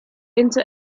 into